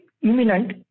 imminent